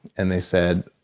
and they said,